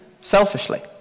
selfishly